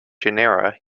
genera